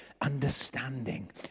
understanding